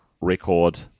record